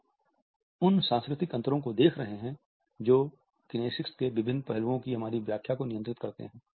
हम उन सांस्कृतिक अंतरों को देख रहे हैं जो किनेसिक्स के विभिन्न पहलुओं की हमारी व्याख्या को नियंत्रित करते हैं